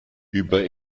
über